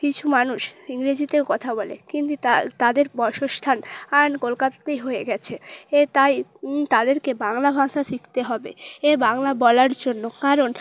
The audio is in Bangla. কিছু মানুষ ইংরেজিতেও কথা বলে কিন্তু তাদের বাসস্থান কলকাতাতেই হয়ে গেছে এ তাই তাদেরকে বাংলা ভাষা শিখতে হবে এ বাংলা বলার জন্য কারণ